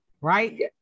right